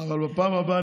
אבל בפעם הבאה,